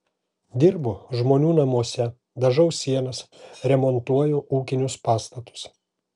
dirbu žmonių namuose dažau sienas remontuoju ūkinius pastatus